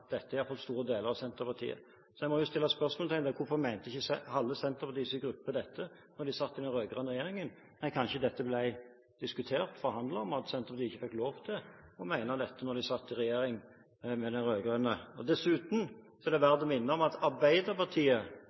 dette – i alle fall store deler av Senterpartiet. Så jeg må stille spørsmålet: Hvorfor mente ikke halve Senterpartiets gruppe dette da de satt i den rød-grønne regjeringen? Kanskje dette ble diskutert og forhandlet om, men Senterpartiet fikk ikke lov til å mene dette da de satt i regjering med de rød-grønne. Dessuten er det verdt å minne om at